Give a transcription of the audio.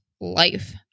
life